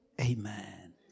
Amen